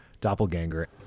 doppelganger